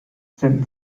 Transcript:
senden